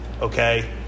okay